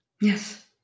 Yes